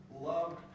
loved